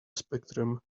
spectrum